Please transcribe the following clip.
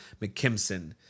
McKimson